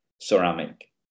ceramic